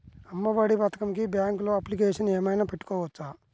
అమ్మ ఒడి పథకంకి బ్యాంకులో అప్లికేషన్ ఏమైనా పెట్టుకోవచ్చా?